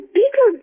people